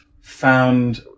found